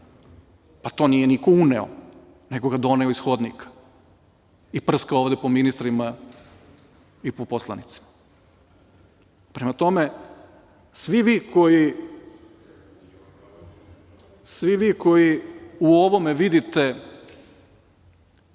pa to nije niko uneo, nego ga je doneo iz hodnika i prskao ovde po ministrima i po poslanicima. Prema tome, svi vi koji u ovome vidite